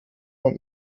man